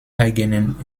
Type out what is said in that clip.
eigenen